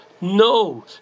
No